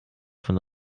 von